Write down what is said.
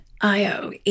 Io